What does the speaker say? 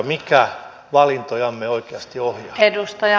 mikä valintojamme oikeasti ohjaa